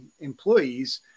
employees